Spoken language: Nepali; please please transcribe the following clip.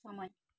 समय